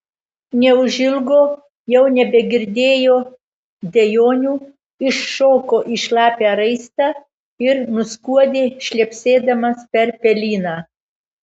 neužilgo jau nebegirdėjo dejonių iššoko į šlapią raistą ir nuskuodė šlepsėdamas per pelyną